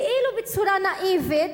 כאילו בצורה נאיבית,